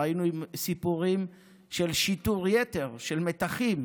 ראינו סיפורים של שיטור יתר, של מתחים,